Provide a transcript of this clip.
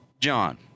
John